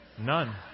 none